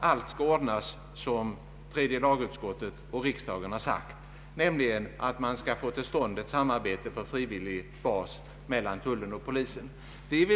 allt skall ordnas så som tredje lagutskottet och riksdagen sagt, d.v.s. att ett samarbete på frivillig bas mellan tullen och polisen skall komma till stånd.